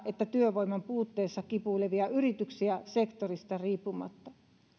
että työvoiman puutteessa kipuilevia yrityksiä sektorista riippumatta